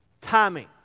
timing